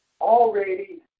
already